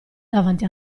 davanti